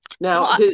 Now